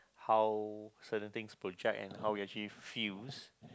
how certain things project and how you actually feels